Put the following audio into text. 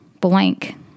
blank